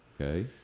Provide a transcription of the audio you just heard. Okay